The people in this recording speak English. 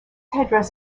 headdress